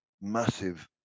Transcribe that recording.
massive